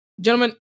Gentlemen